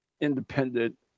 independent